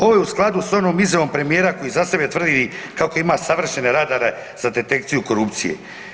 Ovo je u skladu s onom izjavom premijera koji za sebe tvrdi kako ima savršene radare za detekciju korupcije.